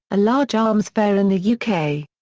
a large arms fair in the u k.